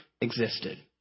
existed